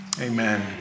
Amen